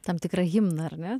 tam tikrą himną ar ne